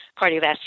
cardiovascular